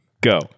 go